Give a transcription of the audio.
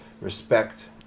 respect